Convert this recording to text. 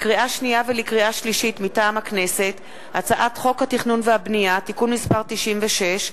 לקריאה שנייה ולקריאה שלישית: הצעת חוק התכנון והבנייה (תיקון מס' 96),